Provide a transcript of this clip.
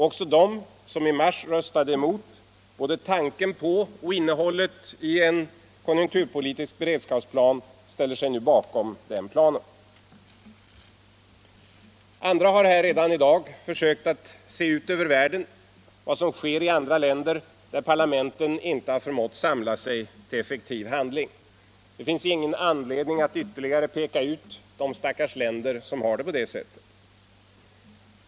Även de som i mars röstade emot både tanken på och innehållet i den konjunkturpolitiska beredskapsplanen ställer sig nu bakom denna plan. Andra talare har redan här i dag försökt att blicka ut över världen och se efter vad som sker i andra länder, där parlamenten inte har förmått samla sig till effektiv handling. Det finns ingen anledning att ytterligare peka ut de stackars länder som har det på det sättet.